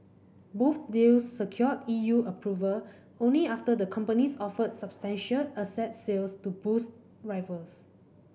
most deals secured E U approval only after the companies offered substantial asset sales to boost rivals